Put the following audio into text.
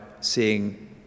seeing